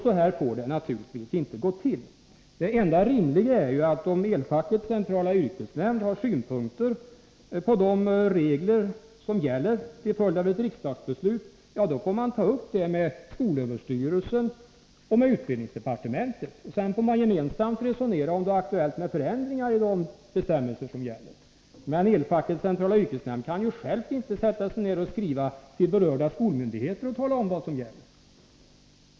Så här får det naturligtvis inte gå till. Det enda rimliga är ju att om Elfackets centrala yrkesnämnd har synpunkter på de regler som gäller till följd av ett riksdagsbeslut, får man ta upp detta med skolöverstyrelsen och med utbildningsdepartementet. Sedan får man gemensamt resonera om huruvida det är aktuellt med förändringar i de bestämmelser som gäller. Elfackets centrala yrkesnämnd kan ju inte självt skriva till berörda skolmyndigheter och tala om vad som gäller.